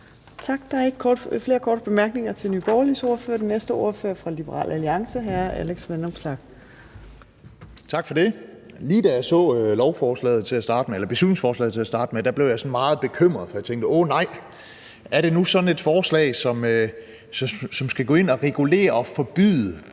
er ikke flere korte bemærkninger til Nye Borgerliges ordfører. Den næste ordfører er fra Liberal Alliance, og det er hr. Alex Vanopslagh. Kl. 15:54 (Ordfører) Alex Vanopslagh (LA): Tak for det. Lige da jeg så beslutningsforslaget til at starte med, blev jeg meget bekymret, for jeg tænkte: Åh nej, er det nu sådan et forslag, som skal gå ind og regulere og forbyde